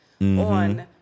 on